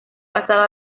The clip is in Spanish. pasado